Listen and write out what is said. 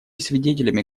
свидетелями